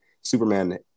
Superman